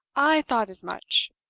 i thought as much!